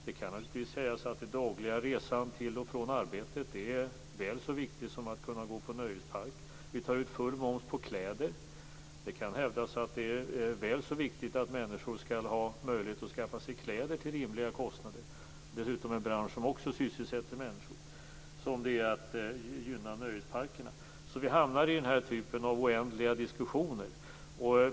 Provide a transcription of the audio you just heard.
Det dagliga resandet till och från arbetet kan naturligtvis sägas vara väl så viktigt som möjligheterna att gå på nöjespark. Vi tar ut full moms också på kläder. Det kan hävdas att det är väl så viktigt att människor skall ha möjlighet att skaffa sig kläder till rimliga kostnader som det är att gynna nöjesparkerna. Också klädesbranschen sysselsätter dessutom människor. Vi hamnar här alltså i oändliga diskussioner.